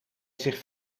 zich